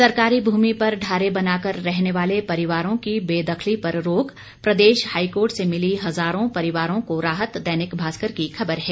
सरकारी भूमि पर ढारे बनाकर रहने वाले परिवारों की बेदखली पर रोक प्रदेश हाईकोर्ट से मिली हजारों परिवारों को राहत दैनिक भास्कर की खबर है